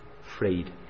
freed